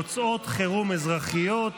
הוצאות חירום אזרחיות,